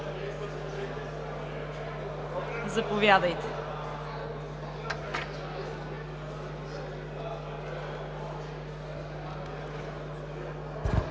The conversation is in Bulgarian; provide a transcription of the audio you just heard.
заповядайте.